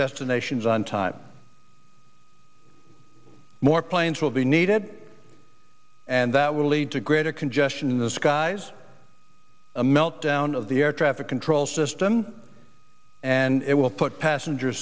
destinations on time more planes will be needed and that will lead to greater congestion in the skies a meltdown of the air traffic control system and it will put passenger